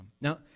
now